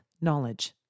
knowledge